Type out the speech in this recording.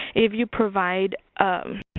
if you provide um